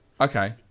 Okay